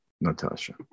Natasha